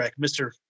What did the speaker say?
Mr